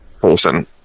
person